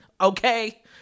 okay